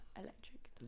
electric